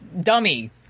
dummy